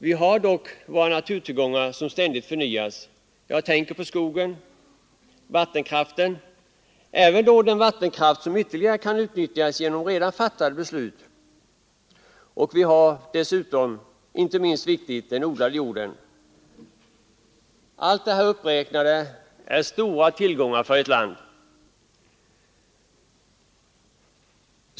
Vi har dock våra naturtillgångar som ständigt förnyas. Jag tänker på skogen och vattenkraften — även den vattenkraft som ytterligare kan utnyttjas genom redan fattade beslut — och på den odlade jorden, som inte är det minst viktiga. Allt det uppräknade är stora tillgångar för ett land.